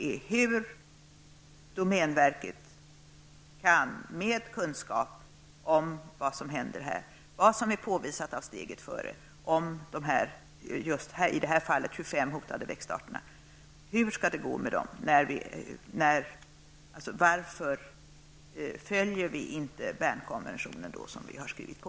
Hur kan domänverket med kunskap om vad som i detta fall håller på att hända med dessa 25 hotade växtarter, vilket har påvisats av Steget före, göra på detta sätt? Varför följer Sverige inte Bernkonventionen som vi har skrivit på?